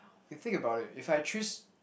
you think about it if I choose